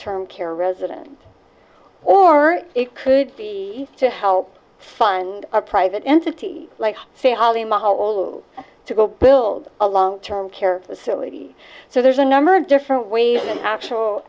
term care resident or it could be to help fund a private entity like say how the model to go build a long term care facility so there's a number of different ways an actual